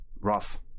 Rough